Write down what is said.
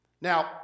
Now